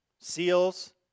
Seals